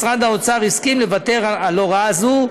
משרד האוצר הסכים לוותר על הוראה זו.